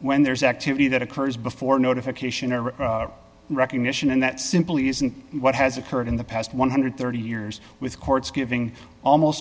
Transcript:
when there's activity that occurs before a notification or recognition and that simply isn't what has occurred in the past one hundred and thirty years with courts giving almost